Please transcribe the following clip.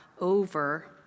over